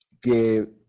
que